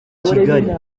kigali